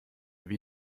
wie